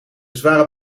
zware